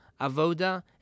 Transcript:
Avoda